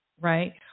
right